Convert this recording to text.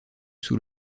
sous